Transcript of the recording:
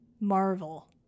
Marvel